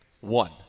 One